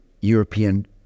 European